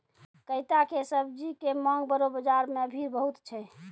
कैता के सब्जी के मांग बड़ो बाजार मॅ भी बहुत छै